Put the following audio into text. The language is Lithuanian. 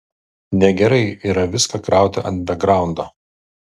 negerai yra viską krauti ant bekgraundo